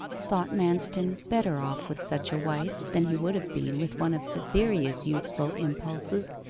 thought manston better off with such a wife than he would have been with one of cytherea's youthful impulses,